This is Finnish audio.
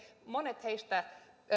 monet heistä